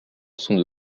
sont